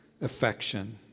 affection